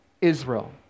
Israel